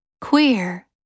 Queer